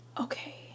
Okay